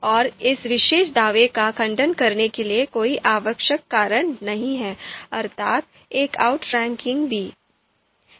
और इस विशेष दावे का खंडन करने के लिए कोई आवश्यक कारण नहीं हैं अर्थात् एक outranking बी